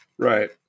Right